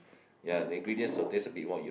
ya the ingredients of these will be more you